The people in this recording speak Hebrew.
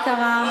מה קרה?